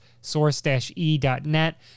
source-e.net